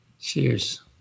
cheers